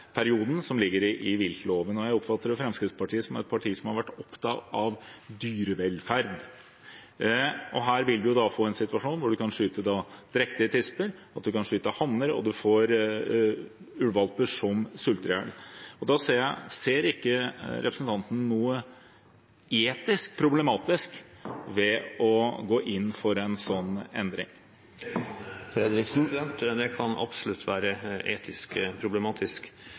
som ligger i viltloven. Jeg oppfatter at Fremskrittspartiet er et parti som har vært opptatt av dyrevelferd. Her vil vi få en situasjon hvor en kan skyte drektige tisper, at en kan skyte hanner, og en får ulvevalper som sulter i hjel. Da spør jeg: Ser ikke representanten noe etisk problematisk ved det å gå inn for en sånn endring? Det kan absolutt være etisk problematisk,